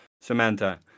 Samantha